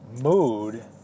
mood